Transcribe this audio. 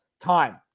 time